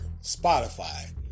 Spotify